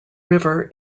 river